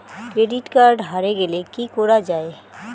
Credit card হারে গেলে কি করা য়ায়?